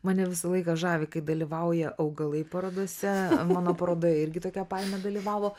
mane visą laiką žavi kai dalyvauja augalai parodose mano parodoje irgi tokia palmė dalyvavo